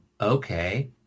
okay